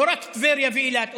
לא רק טבריה ואילת.